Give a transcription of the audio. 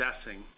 assessing